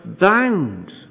bound